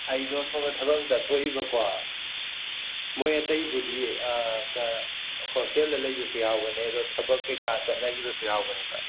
ꯑꯩꯗꯣ ꯁꯣꯝꯗ ꯊꯕꯛ ꯑꯃ ꯆꯠꯊꯣꯛꯏꯕꯀꯣ ꯃꯣꯏ ꯑꯇꯩꯕꯨꯗꯤ ꯍꯣꯇꯦꯜꯗ ꯂꯩꯕꯁꯨ ꯌꯥꯎꯕꯅꯦ ꯑꯗꯣ ꯊꯕꯛ ꯀꯩꯀ ꯆꯠꯅꯒꯤꯕꯁꯨ ꯌꯥꯎꯕꯅꯦꯕ